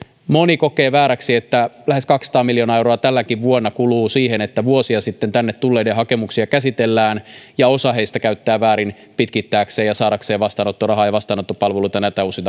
moni kokee vääräksi että lähes kaksisataa miljoonaa euroa tänäkin vuonna kuluu siihen että vuosia sitten tänne tulleiden hakemuksia käsitellään ja osa heistä käyttää uusintahakemuksia väärin pitkittääkseen ja saadakseen vastaanottorahaa ja vastaanottopalveluita